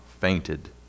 fainted